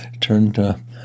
turned